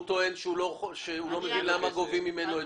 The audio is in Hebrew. טוען שהוא לא מבין למה גובים ממנו את זה.